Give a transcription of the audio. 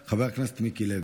חבר הכנסת מיקי לוי.